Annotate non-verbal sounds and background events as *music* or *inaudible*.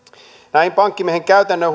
näitä pankkimiehen käytännön *unintelligible*